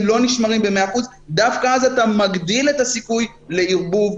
בה לא נשמרים במאה אחוז אתה מגדיל את הסיכוי לערבוב.